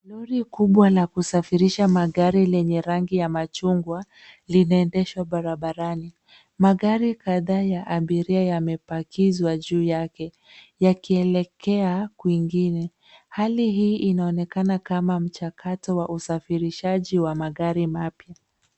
Lori kubwa la kusagirisha magari lenye rangi ya machungwa, linaendeshwa barabarani. Magari kadhaa ya abiria yamepakizwa juu yake yakielekea kwingine. Hali hii unaonekana kama mchakato wa usafirishaji wa magari mapya.